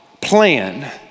plan